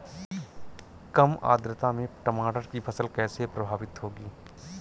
कम आर्द्रता में टमाटर की फसल कैसे प्रभावित होगी?